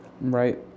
right